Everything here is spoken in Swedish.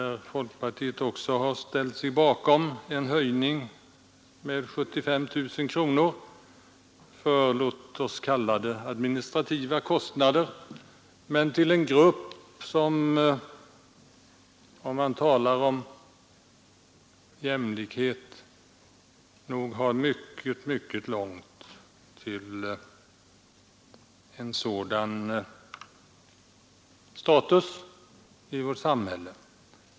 Folkpartiet har ställt sig bakom en höjning med 75 000 kronor för vad som kan kallas administrativa kostnader för en grupp, som har mycket långt till en jämlik status i vårt samhälle.